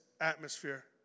atmosphere